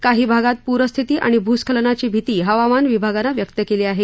काही भागात पूरस्थिती आणि भूस्खलनाची भिती हवामान विभागानं व्यक्त केली आहे